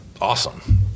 awesome